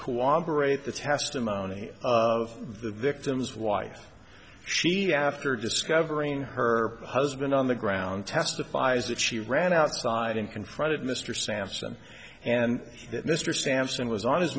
cooperate the testimony of the victim's wife she after discovering her husband on the ground testifies that she ran outside and confronted mr sampson and that mr sampson was on his